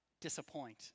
disappoint